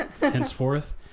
henceforth